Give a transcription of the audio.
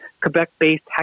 Quebec-based